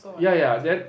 ya ya ya then